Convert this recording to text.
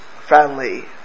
friendly